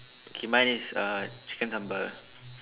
okay mine is uh chicken sambal